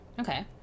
Okay